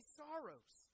sorrows